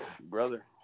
brother